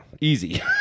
Easy